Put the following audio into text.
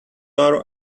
our